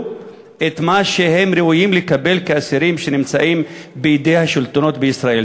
את מה שהם ראויים לקבל כאסירים שנמצאים בידי השלטונות בישראל.